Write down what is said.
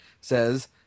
says